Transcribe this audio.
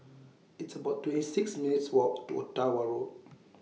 It's about twenty six minutes' Walk to Ottawa Road